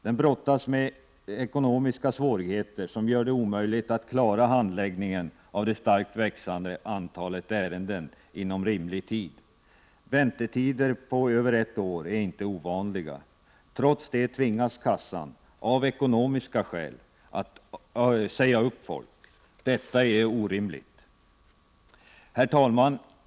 Den brottas med ekonomiska svårigheter som gör det omöjligt att inom rimlig tid klara handläggningen av det starkt växande antalet ärenden. Väntetider på över ett år är inte ovanliga. Trots det tvingas kassan — av ekonomiska skäl — att säga upp folk. Detta är orimligt. Herr talman!